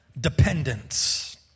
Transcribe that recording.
Dependence